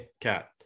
cat